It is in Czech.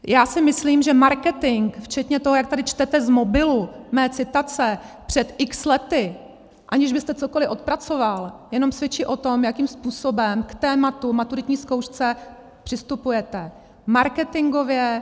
Já si myslím, že marketing včetně toho, jak tady čtete z mobilu mé citace před x lety, aniž byste cokoliv odpracoval, jenom svědčí o tom, jakým způsobem k tématu, maturitní zkoušce, přistupujete. Marketingově.